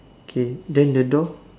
okay then the door